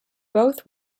both